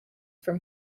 from